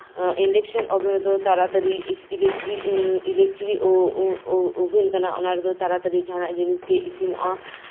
ᱤᱱᱰᱮᱠᱥᱥᱮᱱ oven ᱨᱮᱫᱚ ᱛᱟᱲᱟᱛᱟᱲᱤ electric oven ᱠᱟᱱᱟ ᱚᱱᱟ ᱨᱮᱫᱚ ᱛᱟᱲᱟᱛᱟᱲᱤ ᱡᱟᱦᱟᱱᱟᱜ ᱡᱤᱱᱤᱥᱜᱮ ᱤᱥᱤᱱᱚᱜᱼᱟ